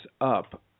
up